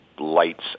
lights